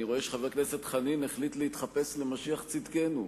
אני רואה שחבר הכנסת חנין החליט להתחפש למשיח צדקנו: